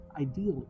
Ideally